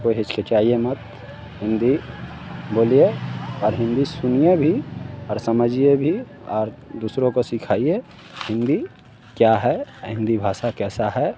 तो हिचकिचाइए मत हिन्दी बोलिए और हिन्दी सुनिए भी और समझिए भी और दूसरों को सिखाइए हिन्दी क्या है हिन्दी भाषा कैसी है